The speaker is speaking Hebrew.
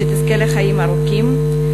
שתזכה לחיים ארוכים,